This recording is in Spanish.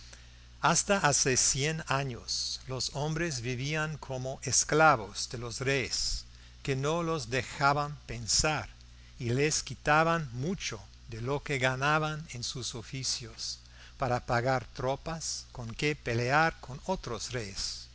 hasta hace cien años los hombres vivían como esclavos de los reyes que no los dejaban pensar y les quitaban mucho de lo que ganaban en sus oficios para pagar tropas con que pelear con otros reyes